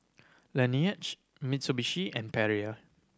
Laneige Mitsubishi and Perrier